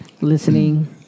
Listening